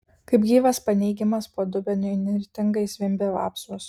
kaip gyvas paneigimas po dubeniu įnirtingai zvimbė vapsvos